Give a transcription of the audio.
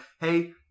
hey